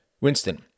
Winston